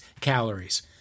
calories